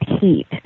heat